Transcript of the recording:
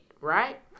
right